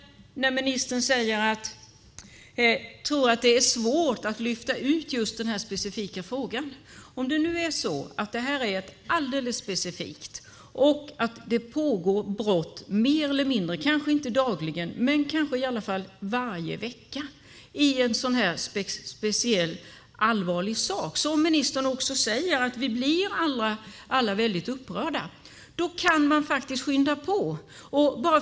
Ministern tror att det är svårt att lyfta ut den här specifika frågan. Det begås kanske inte sådana här brott dagligen men kanske i alla fall varje vecka. Och det är allvarligt. Ministern säger också att vi alla blir väldigt upprörda. Då kan man faktiskt skynda på det här.